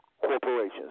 corporations